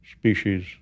species